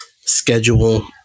schedule